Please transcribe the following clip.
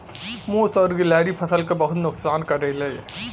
मुस और गिलहरी फसल क बहुत नुकसान करेले